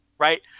Right